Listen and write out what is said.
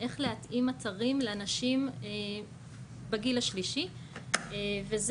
איך להתאים אתרים לאנשים בגיל השלישי וזה,